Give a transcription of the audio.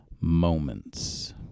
Moments